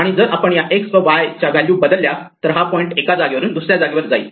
आणि जर आपण या X व Y च्या व्हॅल्यू बदलल्या तर हा पॉईंट एका जागेवरून दुसर्या जागेवर जाईल